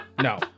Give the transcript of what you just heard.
No